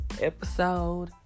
episode